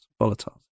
Volatiles